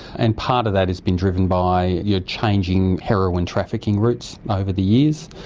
and part of that has been driven by yeah changing heroin trafficking routes over the years.